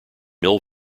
mill